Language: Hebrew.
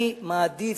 אני מעדיף,